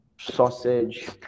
sausage